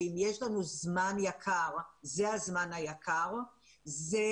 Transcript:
ואם יש לנו זמן יקר זה הזמן היקר לנסות